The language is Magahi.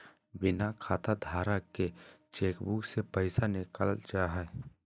बिना खाताधारक के चेकबुक से पैसा निकालल जा हइ